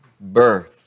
birth